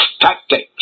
tactics